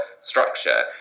structure